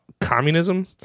Communism